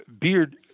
Beard